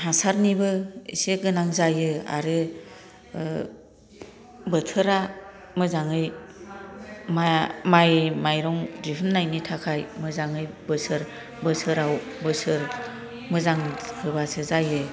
हासारनिबो एसे गोनां जायो आरो बोथोरा मोजाङै माइ माइरं दिहुननायनि थाखाय मोजाङै बोसोर बोसोराव बोसोर मोजां होबासो जायो